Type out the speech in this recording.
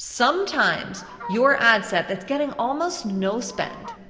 sometimes your ad set that's getting almost no spend,